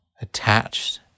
attached